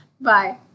Bye